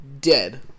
dead